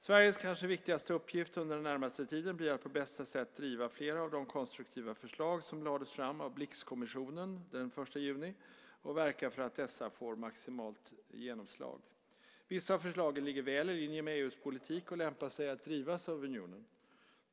Sveriges kanske viktigaste uppgift under den närmaste tiden blir att på bästa sätt driva flera av de konstruktiva förslag som lades fram av Blixkommissionen den 1 juni och verka för att dessa får maximalt genomslag. Vissa av förslagen ligger väl i linje med EU:s politik och lämpar sig att drivas av unionen.